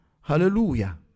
hallelujah